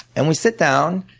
and we sit down,